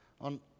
on